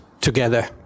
together